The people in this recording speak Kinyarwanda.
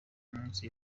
munsi